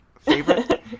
favorite